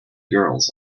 girls